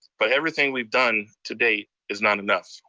but everything we've done to date is not enough.